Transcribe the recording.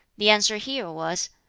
the answer here was,